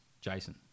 Jason